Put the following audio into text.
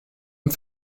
und